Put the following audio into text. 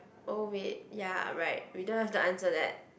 oh wait ya right we don't have to answer that